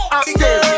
active